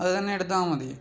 അത് തന്നെ എടുത്താൽ മതി